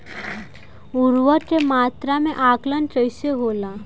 उर्वरक के मात्रा में आकलन कईसे होला?